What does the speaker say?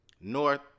North